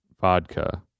Vodka